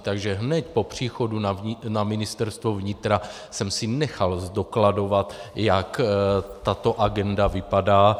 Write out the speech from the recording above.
Takže hned po příchodu na Ministerstvo vnitra jsem si nechal zdokladovat, jak tato agenda vypadá.